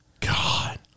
God